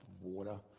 water